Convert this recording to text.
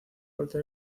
falta